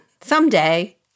Someday